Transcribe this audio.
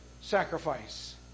sacrifice